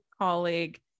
colleague